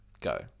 Go